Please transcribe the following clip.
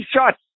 shots